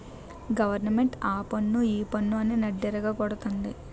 government ఆపన్ను ఈపన్ను అని నడ్డిరగ గొడతంది